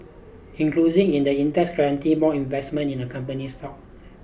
in the index guarantee more investment in the company's stock